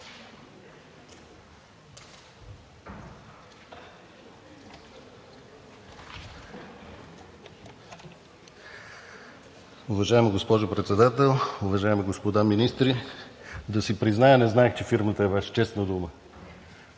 Уважаема госпожо Председател, уважаеми господа министри! Да си призная, не знаех, че фирмата е Ваша, честна дума.